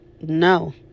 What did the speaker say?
no